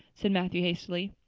said matthew hastily.